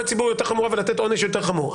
ציבור יותר חמורה ולתת עונש יותר חמור.